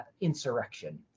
insurrection